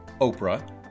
Oprah